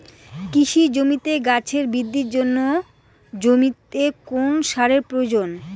কৃষি জমিতে গাছের বৃদ্ধির জন্য জমিতে কোন সারের প্রয়োজন?